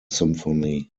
symphony